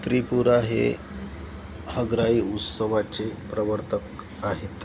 त्रिपुरा हे हंग्राई उत्सवाचे प्रवर्तक आहेत